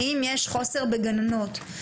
האם יש חוסר בגננות.